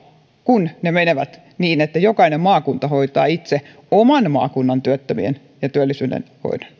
kun ne menevät niin että jokainen maakunta hoitaa itse oman maakuntansa työttömien ja työllisyyden